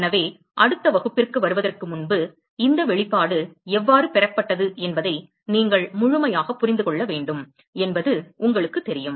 எனவே அடுத்த வகுப்பிற்கு வருவதற்கு முன்பு இந்த வெளிப்பாடு எவ்வாறு பெறப்பட்டது என்பதை நீங்கள் முழுமையாகப் புரிந்து கொள்ள வேண்டும் என்பது உங்களுக்குத் தெரியும்